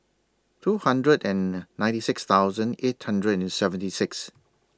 two hundred and ninety six thousand eight hundred and seventy six